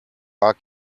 are